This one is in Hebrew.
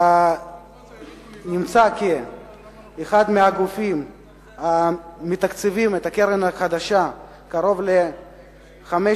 שנמצאה כאחד מהגופים המתקצבים את הקרן החדשה בקרוב ל-5